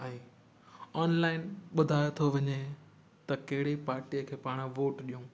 ऐं ऑनलाइन ॿुधायो थो वञे त कहिड़ी पार्टीअ खे पाण वोट ॾियूं